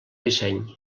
disseny